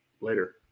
Later